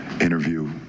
interview